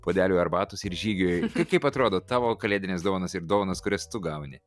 puodeliui arbatos ir žygiui kai kaip atrodo tavo kalėdinės dovanos ir dovanos kurias tu gauni